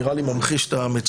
נראה לי שהוא ממחיש את המציאות.